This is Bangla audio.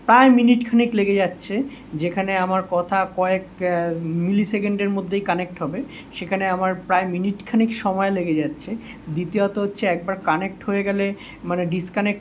প্রায় মিনিটখানেক লেগে যাচ্ছে যেখানে আমার কথা কয়েক মিলিসেকেন্ডের মধ্যেই কানেক্ট হবে সেখানে আমার প্রায় মিনিটখানেক সময় লেগে যাচ্ছে দ্বিতীয়ত হচ্ছে একবার কানেক্ট হয়ে গেলে মানে ডিসকানেক্ট